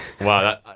Wow